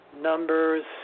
numbers